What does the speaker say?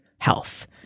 health